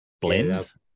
blends